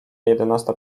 jedenasta